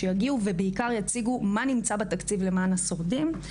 שיגיעו ובעיקר יציגו מה נמצא בתקציב למען השורדים.